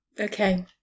okay